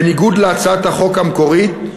בניגוד להצעת החוק המקורית,